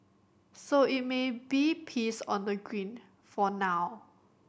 so it may be peace on the green for now